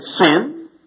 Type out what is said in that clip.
sin